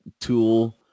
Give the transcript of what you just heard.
tool